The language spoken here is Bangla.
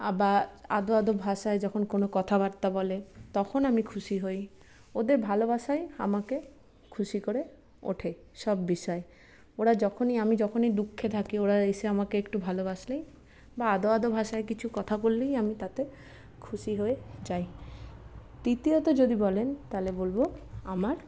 আবার আদো আদো ভাষায় যখন কোনো কথাবার্তা বলে তখন আমি খুশি হই ওদের ভালোবাসাই আমাকে খুশি করে ওঠে সব বিষয়ে ওরা যখনই আমি যখনই দুঃখে থাকি ওরা এসে আমাকে একটু ভালোবাসলেই বা আদো আদো ভাষায় কিছু কথা বললেই আমি তাতে খুশি হয়ে যাই তৃতীয়ত যদি বলেন তাহলে বলবো আমার